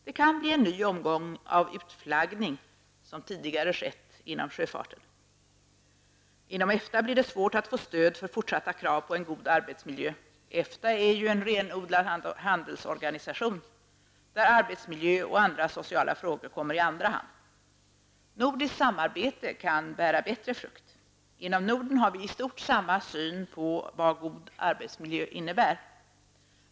Det kan bli en ny omgång av utflaggning, som tidigare skett inom sjöfarten. Inom EFTA blir det svårt att få stöd för fortsatta krav på en god arbetsmiljö. EFTA är ju en renodlad handelsorganisation där arbetsmiljö och andra sociala frågor kommer i andra hand. Nordiskt samarbete kan bära bättre frukt. Inom Norden har vi i stort sett samma syn på vad god arbetsmiljö innebär.